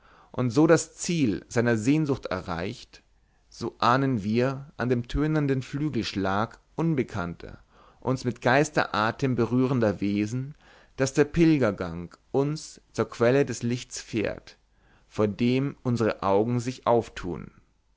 und so das ziel seiner sehnsucht erreicht so ahnen wir an dem tönenden flügelschlag unbekannter uns mit geisteratem berührender wesen daß der pilgergang uns zur quelle des lichts fährt vor dem unsere augen sich auftun